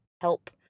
help